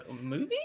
movie